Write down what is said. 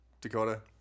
Dakota